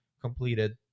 completed